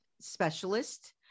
specialist